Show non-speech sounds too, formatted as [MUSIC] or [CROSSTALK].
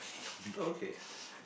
[BREATH] okay [BREATH]